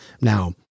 now